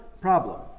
problem